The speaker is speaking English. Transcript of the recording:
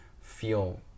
feel